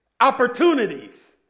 Opportunities